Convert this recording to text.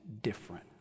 different